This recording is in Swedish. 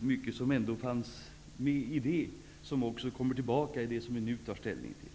mycket av det som fanns med i den utredningen också kommer tillbaka i det som vi nu tar ställning till.